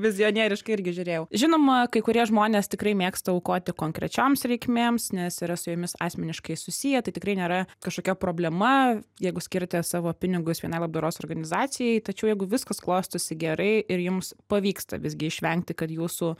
vizionieriškai irgi žiūrėjau žinoma kai kurie žmonės tikrai mėgsta aukoti konkrečioms reikmėms nes yra su jomis asmeniškai susiję tai tikrai nėra kažkokia problema jeigu skiriate savo pinigus vienai labdaros organizacijai tačiau jeigu viskas klostosi gerai ir jums pavyksta visgi išvengti kad jūsų